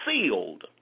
sealed